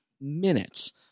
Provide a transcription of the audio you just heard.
minutes